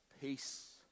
peace